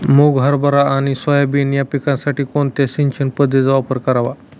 मुग, हरभरा आणि सोयाबीन या पिकासाठी कोणत्या सिंचन पद्धतीचा वापर करावा?